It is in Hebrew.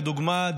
לדוגמה,